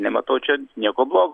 nematau čia nieko blogo